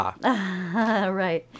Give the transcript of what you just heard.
Right